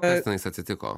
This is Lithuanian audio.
kas tenais atsitiko